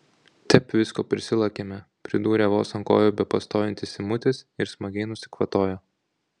tep visko prisilakėme pridūrė vos ant kojų bepastovintis simutis ir smagiai nusikvatojo